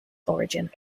origin